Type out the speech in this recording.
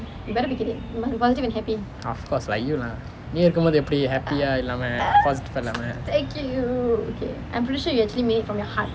of course lah like you lah நீ இருக்கும் போது எப்படி:ni irukkum pothu eppadi happy ah இல்லாமே:illaamae positive ah இல்லாமே:illaamae